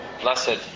blessed